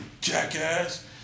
jackass